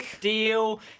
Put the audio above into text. deal